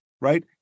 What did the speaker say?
right